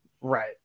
Right